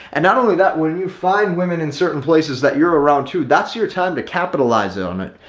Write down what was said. and not only that, when you find women in certain places that you're around to, that's your time to capitalize on it.